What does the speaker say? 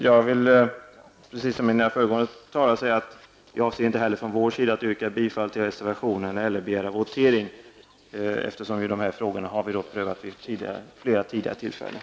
Jag vill precis som de föregående talarna säga att jag inte heller avser att yrka bifall till reservationen eller begära votering, eftersom de här frågorna har prövats vid flera tidigare tillfällen.